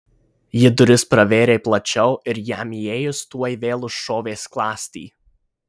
ji duris pravėrė plačiau ir jam įėjus tuoj vėl užšovė skląstį